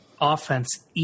offense